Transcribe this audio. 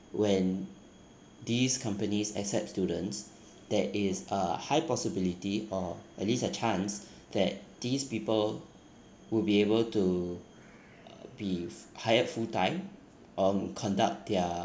when these companies accept students that is a high possibility or at least a chance that these people would be able to uh be hired full time um conduct their